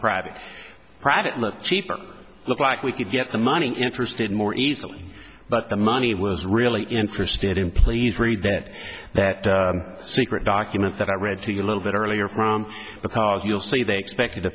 private private look cheap or look like we could get the money interested more easily but the money was really interested in please read that that secret document that i read to you a little bit earlier from because you'll say they expected